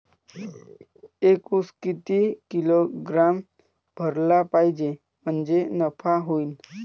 एक उस किती किलोग्रॅम भरला पाहिजे म्हणजे नफा होईन?